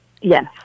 Yes